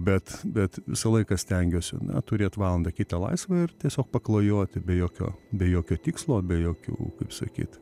bet bet visą laiką stengiuosi turėt valandą kitą laisvą ir tiesiog paklajoti be jokio be jokio tikslo be jokių kaip sakyt